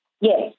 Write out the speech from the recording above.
Yes